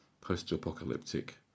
post-apocalyptic